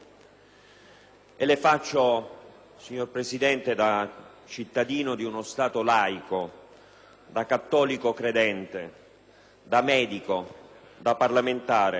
e le svolgo, signor Presidente, da cittadino di uno Stato laico, da cattolico credente, da medico, da parlamentare.